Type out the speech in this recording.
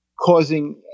causing